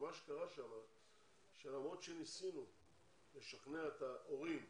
עכשיו מה שקרה שם שלמרות שניסינו לשכנע את ההורים